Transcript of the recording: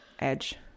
edge